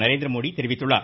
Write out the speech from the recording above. நரேந்திரமோடி தெரிவித்துள்ளார்